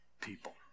people